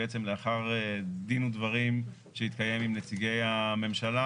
לאחר דין ודברים שהתקיים עם נציגי הממשלה,